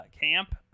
camp